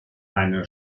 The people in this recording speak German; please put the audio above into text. eine